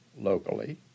locally